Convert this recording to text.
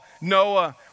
Noah